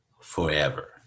forever